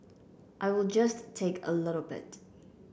I will just take a little bit